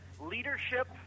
leadership